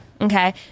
Okay